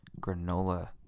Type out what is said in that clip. Granola